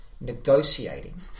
negotiating